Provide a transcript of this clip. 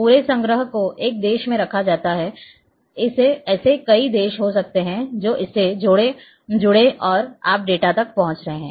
पूरे संग्रह को एक देश में रखा जा रहा है ऐसे कई देश हो सकते हैं जो इससे जुड़े हैं और आप डेटा तक पहुंच रहे हैं